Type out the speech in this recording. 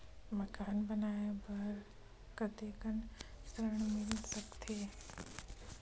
मकान बनाये बर कतेकन ऋण मिल सकथे?